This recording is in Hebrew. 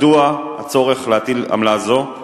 1. מדוע יש צורך להטיל עמלה זו?